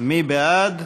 מי בעד?